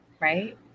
right